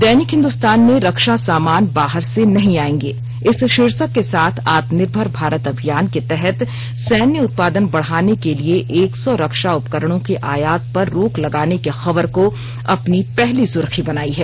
दैनिक हिन्दुस्तान ने रक्षा सामान बाहर से नहीं आएंगे इस शीर्षक के साथ आत्मनिर्भर भारत अभियान के तहत सैन्य उत्पादन बढ़ाने के लिए एक सौ रक्षा उपकरणों के आयात पर रोक लगाने की खबर को अपने पहली सुर्खी बनाई है